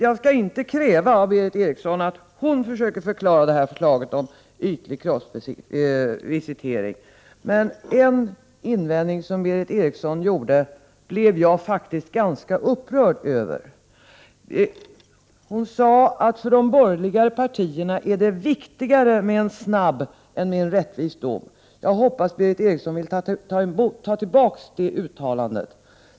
Jag skall inte kräva av Berith Eriksson att hon försöker förklara förslaget om ytlig kroppsvisitering, men en invändning som hon gjorde blev jag faktiskt ganska upprörd över. Berith Eriksson sade att för de borgerliga partierna är det viktigare med en snabb än med en rättvis dom. Jag hoppas Berith Eriksson vill ta tillbaks det uttalandet.